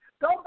Go